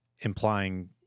implying